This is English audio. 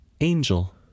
Angel